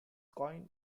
coin